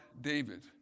David